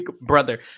brother